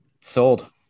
sold